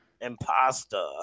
imposter